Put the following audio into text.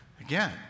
Again